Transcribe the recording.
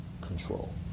control